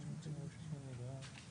תוודאו שראש המועצה בכסרא על הקו,